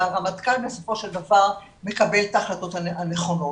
והרמטכ"ל בסופו של דבר מקבל את ההחלטות הנכונות.